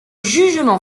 jugement